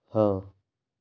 ہاں